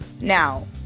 Now